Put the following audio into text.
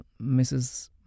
Mrs